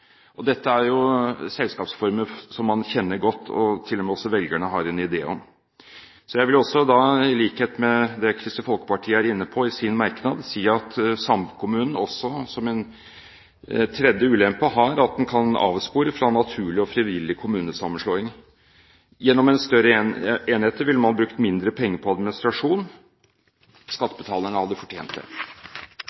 Dette er selskapsformer som man kjenner godt, og som også velgerne har en idé om. Så jeg vil, i likhet med det Kristelig Folkeparti er inne på i sin merknad, si at samkommunen – som en tredje ulempe – kan avspore fra naturlig og frivillig kommunesammenslåing. Gjennom større enheter ville man brukt mindre penger på administrasjon.